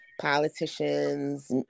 politicians